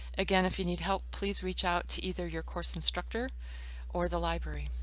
again, if you need help, please reach out to either your course instructor or the library.